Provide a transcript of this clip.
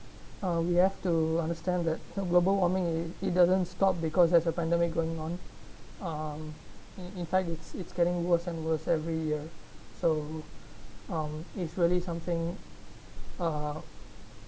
uh we have to understand that global warming it doesn't stop because there's a pandemic going on um in fact it's it's getting worse and worse every year so um it's really something uh